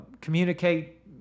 communicate